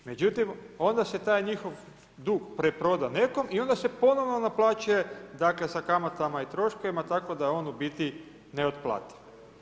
Međutim, onda se taj njihov dug preproda nekom i onda se ponovno naplaćuje, dakle sa kamatama i troškovima, tako da je on u biti neotplativ.